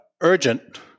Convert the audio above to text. urgent